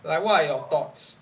like what are your thoughts